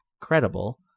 credible